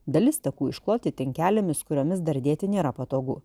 dalis takų iškloti trinkelėmis kuriomis dardėti nėra patogu